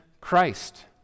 christ